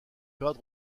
cadre